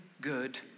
good